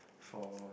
for